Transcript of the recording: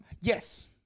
Yes